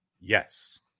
yes